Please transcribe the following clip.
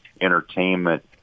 entertainment